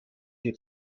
die